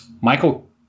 michael